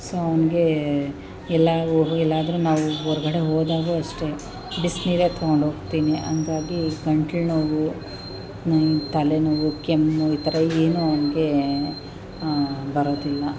so ಅವ್ನಿಗೆ ಎಲ್ಲಾ ಹೊ ಎಲ್ಲಾದರೂ ನಾವು ಹೊರಗಡೆ ಹೋದಾಗಲೂ ಅಷ್ಟೇ ಬಿಸಿನೀರೆ ತಗೊಂಡು ಹೋಗ್ತೀನಿ ಹಂಗಾಗಿ ಗಂಟ್ಲು ನೋವು ತಲೆನೋವು ಕೆಮ್ಮು ಈ ಥರ ಏನು ಅವ್ನಿಗೆ ಬರೋದಿಲ್ಲ